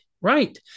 right